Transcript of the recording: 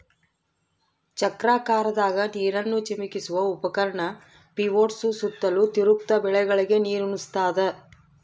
ಚಕ್ರಾಕಾರದಾಗ ನೀರನ್ನು ಚಿಮುಕಿಸುವ ಉಪಕರಣ ಪಿವೋಟ್ಸು ಸುತ್ತಲೂ ತಿರುಗ್ತ ಬೆಳೆಗಳಿಗೆ ನೀರುಣಸ್ತಾದ